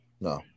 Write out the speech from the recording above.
No